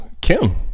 Kim